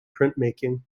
printmaking